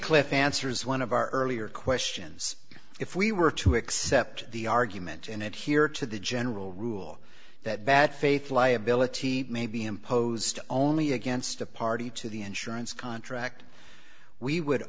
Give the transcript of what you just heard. cliff answers one of our earlier questions if we were to accept the argument in it here to the general rule that bad faith liability may be imposed only against a party to the insurance contract we would